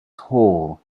hall